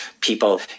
people